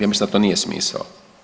Ja mislim da to nije smisao.